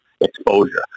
exposure